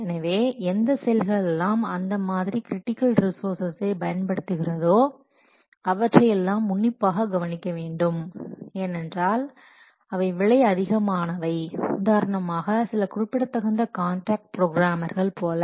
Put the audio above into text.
எனவே எந்த செயல்கள் எல்லாம் அந்த மாதிரி கிரிட்டிக்கல் ரிசோர்ஸை பயன்படுத்துகிறதோ அவற்றையெல்லாம் உன்னிப்பாக கவனிக்க வேண்டும் ஏனென்றால் அவை விலை அதிகமானவை உதாரணமாக சில குறிப்பிடத்தகுந்த காண்ட்ராக்ட் ப்ரோக்ராம்ர்கள் போல